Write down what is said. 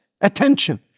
attention